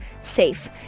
safe